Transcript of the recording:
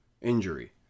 injury